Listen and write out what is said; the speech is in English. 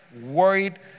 worried